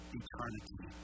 eternity